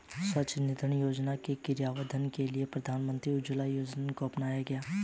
स्वच्छ इंधन योजना के क्रियान्वयन के लिए प्रधानमंत्री उज्ज्वला योजना को अपनाया गया